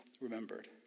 remembered